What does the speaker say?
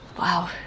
Wow